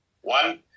One